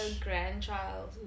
grandchild